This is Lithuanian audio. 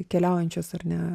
keliaujančios ar ne